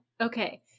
Okay